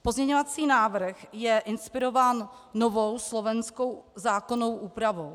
Pozměňovací návrh je inspirován novou slovenskou zákonnou úpravou.